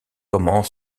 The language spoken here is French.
comment